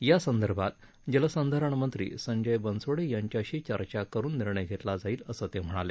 यासंदर्भात जलसंधारण मंत्री संजय बनसोडे यांच्याशी चर्चा करून निर्णय घेतला जाईल असं ते म्हणाले